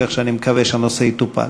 כך שאני מקווה שהנושא יטופל.